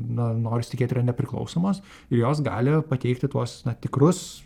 na noris tikėt yra nepriklausomos jos gali pateikti tuos na tikrus